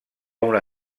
una